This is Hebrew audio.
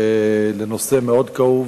לנושא מאוד כאוב.